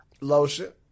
Lotion